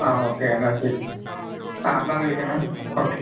ആ ഓക്കേ എന്നാല് ശരി ആ എന്നാല് വിളിക്കണേ ഓക്കേ